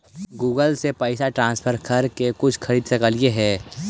Google से भी पैसा ट्रांसफर कर के कुछ खरिद सकलिऐ हे?